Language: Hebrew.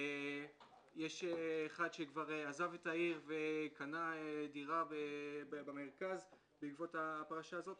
יש אחד שכבר עזב את העיר וקנה דירה במרכז בעקבות הפרשה הזאת.